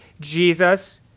Jesus